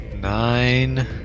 Nine